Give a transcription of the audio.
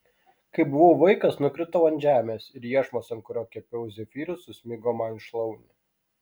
kai buvau vaikas nukritau ant žemės ir iešmas ant kurio kepiau zefyrus susmigo man į šlaunį